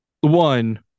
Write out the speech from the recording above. one